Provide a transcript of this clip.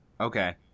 Okay